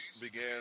began